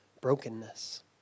brokenness